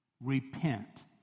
repent